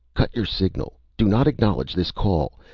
cut your signal! do not acknowledge this call!